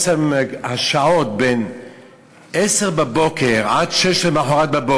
בעצם השעות מ-10:00 עד 06:00 למחרת,